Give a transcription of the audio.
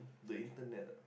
the internet ah